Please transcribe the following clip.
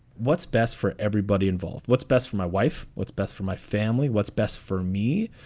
what's best for everybody involved, what's best for my wife, what's best for my family, what's best for me?